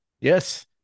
Yes